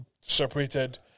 separated